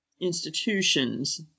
institutions